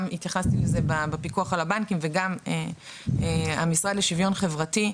התייחסתי לזה גם לעניין הפיקוח על הבנקים וגם המשרד לשוויון חברתי.